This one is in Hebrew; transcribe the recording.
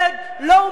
לו הוא משלם,